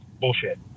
bullshit